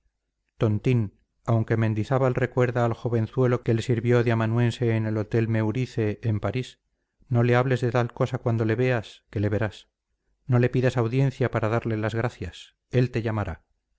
tontín aunque mendizábal recuerda al jovenzuelo que le sirvió de amanuense en el hotel meurice en parís no le hables de tal cosa cuando le veas que le verás no le pidas audiencia para darle las gracias él te llamará